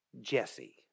Jesse